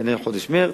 חודש מרס,